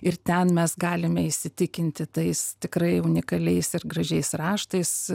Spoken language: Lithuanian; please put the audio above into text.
ir ten mes galime įsitikinti tais tikrai unikaliais ir gražiais raštais